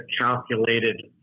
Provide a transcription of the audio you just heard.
calculated